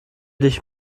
dich